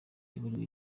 yaburiwe